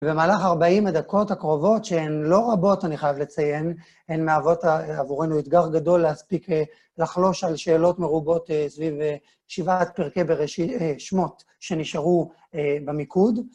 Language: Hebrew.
ובמהלך 40 הדקות הקרובות, שהן לא רבות, אני חייב לציין, הן מהוות עבורנו אתגר גדול להספיק לחלוש על שאלות מרובות סביב שבעת פרקי בראשית שמות שנשארו במיקוד.